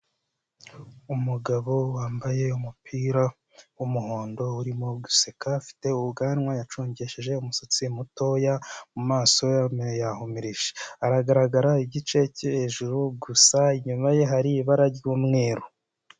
Umugabo wambaye umupira w'umuhondo urimo guseka afite ubwanwa bucongesheje, umusatsi mutoya mumaso yahumirije aragaragara igice cyo hejuru gusa inyuma ye hari ibara ry'umweru.